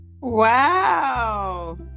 wow